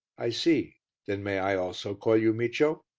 i see then may i also call you micio?